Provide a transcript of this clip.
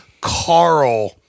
Carl